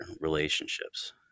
relationships